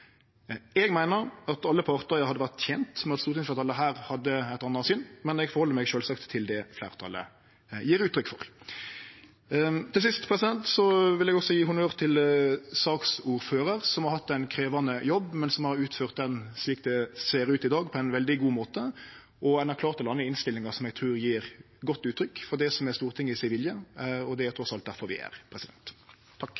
Eg meiner at alle partar hadde vore tente med at stortingsfleirtalet her hadde eit anna syn, men held meg sjølvsagt til det fleirtalet gjev uttrykk for. Til sist vil også eg gje honnør til saksordføraren, som har hatt ein krevjande jobb, men som har utført han, slik det ser ut i dag, på ein veldig god måte, og ein har klart å lande ei innstilling som eg trur gjev godt uttrykk for det som er Stortinget si vilje, og det er